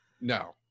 No